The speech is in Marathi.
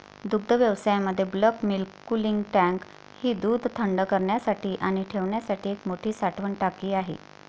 दुग्धव्यवसायामध्ये बल्क मिल्क कूलिंग टँक ही दूध थंड करण्यासाठी आणि ठेवण्यासाठी एक मोठी साठवण टाकी आहे